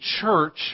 church